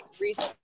reason